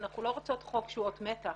אנחנו לא רוצות חוק שהוא אות מתה.